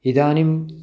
इदानीम्